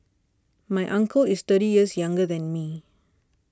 my uncle is thirty years younger than me